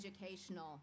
educational